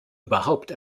überhaupt